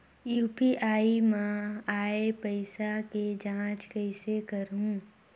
UPI मा आय पइसा के जांच कइसे करहूं?